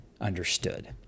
understood